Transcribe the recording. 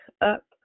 up